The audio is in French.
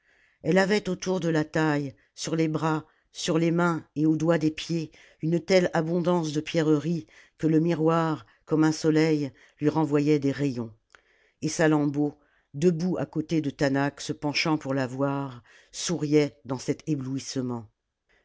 elle avait autour de la taille sur les bras sur les mains et aux doigts des pieds une telle abondance de pierreries que le miroir comme un soleil lui renvoyait des rayons et salammbô debout à côté de taanach se penchant pour la voir souriait dans cet éblouissement